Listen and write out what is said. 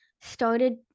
started